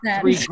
three